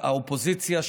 האופוזיציה,